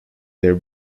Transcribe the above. there